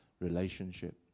Relationship